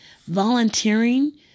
Volunteering